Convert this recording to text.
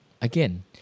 Again